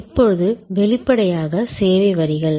இப்போது வெளிப்படையாக சேவை வரிகள்